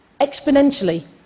exponentially